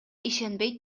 ишенбей